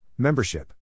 Membership